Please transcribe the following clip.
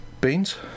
beans